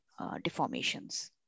deformations